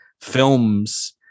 films